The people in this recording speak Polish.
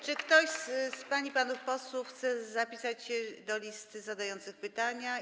Czy ktoś z pań i panów posłów chce zapisać się na liście zadających pytania.